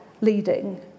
leading